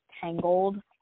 Tangled